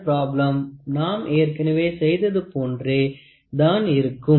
இந்த ப்ராப்ளம் நாம் ஏற்கனவே செய்தது போன்றே தான் இருக்கும்